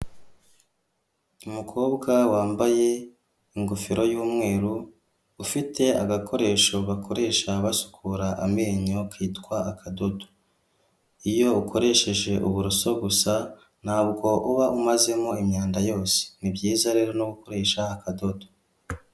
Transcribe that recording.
Umukobwa wambaye ingofero y'umweru, ufite agakoresho bakoresha basukura amenyo, kitwa akadodo. Iyo ukoresheje uburoso gusa, ntabwo uba umazemo imyanda yose. Ni byiza rero no gukoresha akadodo.